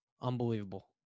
Unbelievable